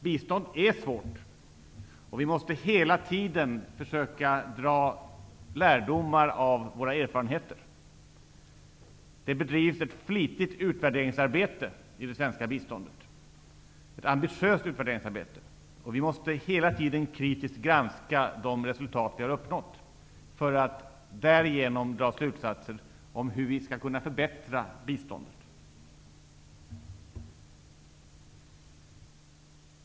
Bistånd är svårt, och vi måste hela tiden försöka dra lärdomar av våra erfarenheter. Det bedrivs ett flitigt och ambitiöst utvärderingsarbete i det svenska biståndet. Vi måste hela tiden kritiskt granska de resultat som vi har uppnått för att därigenom dra slutsatser om hur vi skall kunna förbättra biståndet.